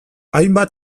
hainbat